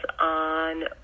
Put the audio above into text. on